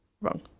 wrong